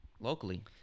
locally